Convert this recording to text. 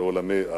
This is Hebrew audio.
לעולמי עד.